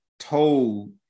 Told